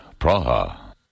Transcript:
Praha